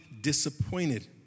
disappointed